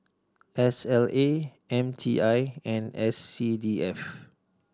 S L A M T I and S C D F